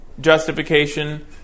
justification